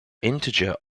integer